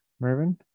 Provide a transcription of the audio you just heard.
Mervin